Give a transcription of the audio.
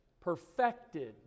Perfected